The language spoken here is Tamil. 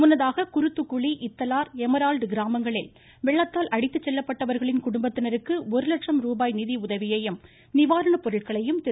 முன்னதாக குருத்துக்குளி இத்தலார் எமரால்ட் கிராமங்களில் வெள்ளத்தால் அடித்துச் செல்லப்பட்டவர்களின் குடும்பத்தினருக்கு ஒரு கலட்ச ருபாய் நிதி உதவியையும் நிவாரண பொருட்களையும் திரு